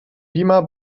beamer